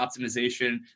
optimization